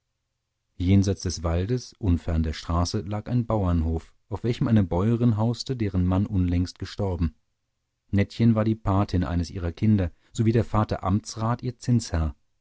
jenseits des waldes unfern der straße lag ein bauernhof auf welchem eine bäuerin hauste deren mann unlängst gestorben nettchen war die patin eines ihrer kinder sowie der vater amtsrat ihr zinsherr